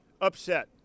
upset